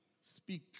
Speak